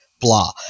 Blah